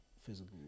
physical